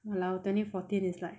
!walao! twenty fourteen is like